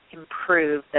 improve